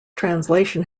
translation